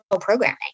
programming